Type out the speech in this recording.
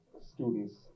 students